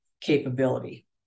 capability